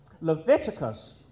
Leviticus